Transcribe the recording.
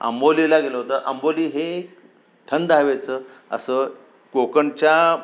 अंबोलीला गेलो होतं अंबोली हे थंड हवेचं असं कोकणच्या